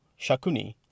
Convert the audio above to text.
Shakuni